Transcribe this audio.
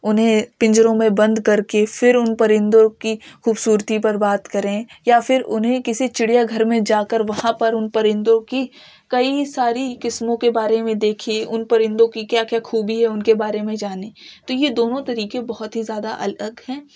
انہیں پنجروں میں بند کر کے پھر ان پرندوں کی خوبصورتی پر بات کریں یا پھر انہیں کسی چڑیا گھر میں جا کر وہاں پر ان پرندوں کی کئی ساری قسموں کے بارے میں دیکھیے ان پرندوں کی کیا کیا خوبی ہے ان کے بارے میں جانیں تو یہ دونوں طریقے بہت ہی زیادہ الگ ہیں